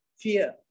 fear